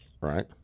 Right